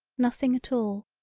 nothing at all.